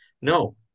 No